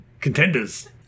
Contenders